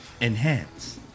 Enhance